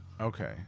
Okay